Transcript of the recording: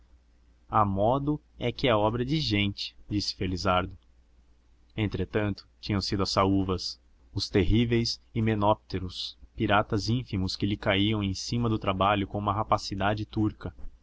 a modo que é obra de gente disse felizardo entretanto tinham sido as saúvas os terríveis himenópteros piratas ínfimos que lhe caíam em cima do trabalho com uma rapacidade turca